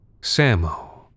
Sammo